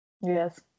Yes